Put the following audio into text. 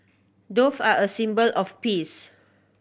dove are a symbol of peace